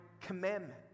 commandment